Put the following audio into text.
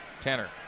Tanner